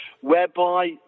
whereby